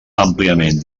àmpliament